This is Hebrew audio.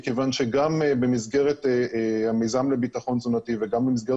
מכיוון שגם במסגרת המיזם לביטחון לתזונתי וגם במסגרת